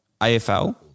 AFL